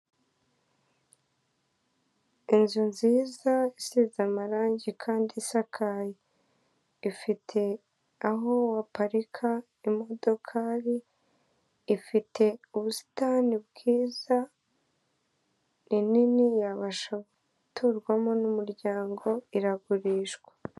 Ibikoresho byiza byo mu nzu harimo intebe, ameza ndetse n'udutebe dutoya, urabona ko ari ibikoresho byiza cyane ushobora guhaha ukaba wajyana iwawe mu nzu bisa neza bigaragara neza cyane. Urabona ko ari ibintu biryoheye ijisho.